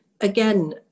again